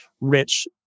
rich